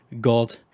god